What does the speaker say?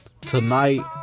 Tonight